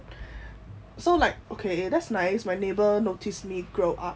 so like okay that's nice my neighbour notice me grow up